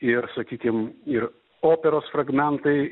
ir sakykim ir operos fragmentai